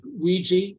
Ouija